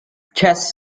chess